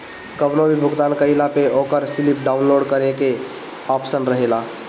कवनो भी भुगतान कईला पअ ओकर स्लिप डाउनलोड करे के आप्शन रहेला